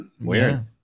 Weird